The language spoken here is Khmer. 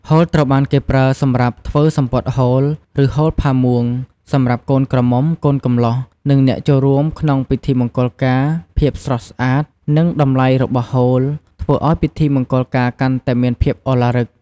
ហូលត្រូវបានគេប្រើសម្រាប់ធ្វើ សំពត់ហូល ឬ ហូលផាមួង សម្រាប់កូនក្រមុំ កូនកំលោះ និងអ្នកចូលរួមក្នុងពិធីមង្គលការ ភាពស្រស់ស្អាត និងតម្លៃរបស់ហូល ធ្វើឱ្យពិធីមង្គលការកាន់តែមានភាពឱឡារិក។